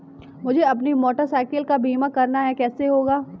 मुझे अपनी motor cycle का बीमा करना है कैसे होगा?